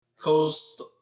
Coast